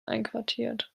einquartiert